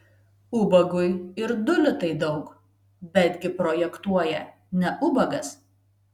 ubagui ir du litai daug betgi projektuoja ne ubagas